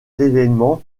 événement